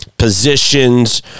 positions